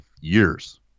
years